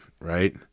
Right